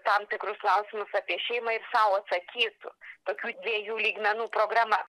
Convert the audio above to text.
tam tikrus klausimus apie šeimą ir sau atsakytų tokių dviejų lygmenų programa